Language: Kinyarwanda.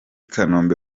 kanombe